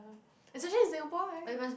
especially in Singapore right